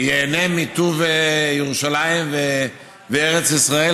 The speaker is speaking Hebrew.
ושייהנה מטוב ירושלים וארץ ישראל,